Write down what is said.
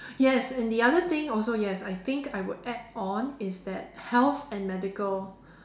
yes and the other thing also yes I think I would add on is that health and medical